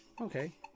Okay